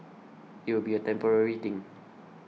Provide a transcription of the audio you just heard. it will be a temporary thing